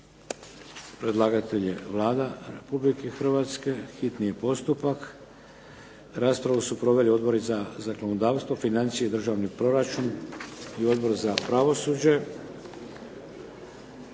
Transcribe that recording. Predlagatelja je Vlada Republike Hrvatske. Raspravu su proveli Odbori za zakonodavstvo, financije i državni proračun i Odbor za pravosuđe.